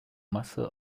masse